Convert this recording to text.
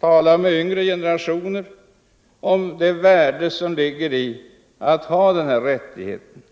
och med den yngre generationen över huvud taget, om det värde som ligger i att ha den här rättigheten.